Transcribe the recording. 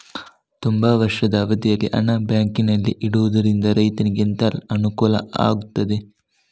ತುಂಬಾ ವರ್ಷದ ಅವಧಿಯಲ್ಲಿ ಹಣ ಬ್ಯಾಂಕಿನಲ್ಲಿ ಇಡುವುದರಿಂದ ರೈತನಿಗೆ ಎಂತ ಅನುಕೂಲ ಆಗ್ತದೆ?